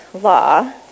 law